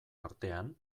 artean